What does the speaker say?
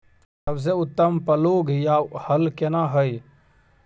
सबसे उत्तम पलौघ या हल केना हय?